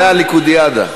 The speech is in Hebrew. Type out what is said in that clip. זה הליכודיאדה.